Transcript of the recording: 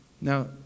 Now